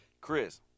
Chris